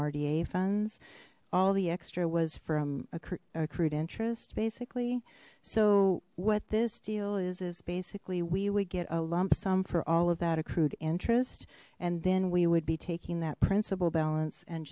da funds all the extra was from accrued interest basically so what this deal is is basically we would get a lump sum for all of that accrued interest and then we would be taking that principal balance and